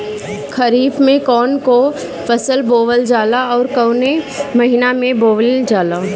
खरिफ में कौन कौं फसल बोवल जाला अउर काउने महीने में बोवेल जाला?